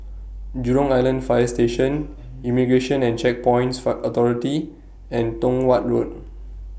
Jurong Island Fire Station Immigration and Checkpoints Authority and Tong Watt Road